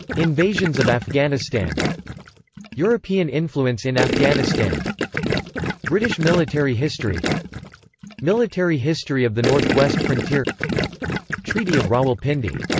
invasions of afghanistan european influence in afghanistan british military history military history of the north-west frontier treaty of rawalpindi